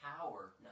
power